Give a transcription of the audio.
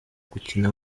gukina